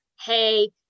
hey